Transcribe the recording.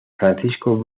francisco